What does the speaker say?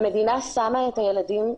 המדינה שמה את הילדים,